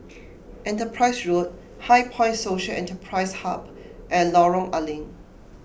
Enterprise Road HighPoint Social Enterprise Hub and Lorong A Leng